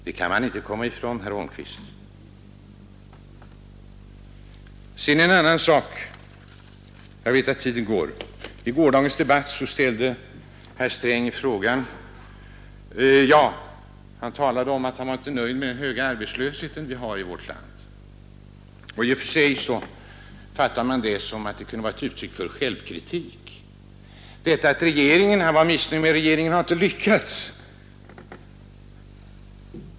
Det kan man inte komma ifrån, herr Holmqvist! I gårdagens debatt sade herr Sträng att han inte var nöjd med den höga arbetslösheten i vårt land. Man kunde ta det som ett uttryck för självkritik; regeringen var missnöjd med att den inte lyckats!